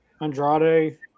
Andrade